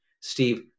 Steve